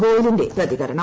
ഗോയലിന്റെ പ്രതികരണം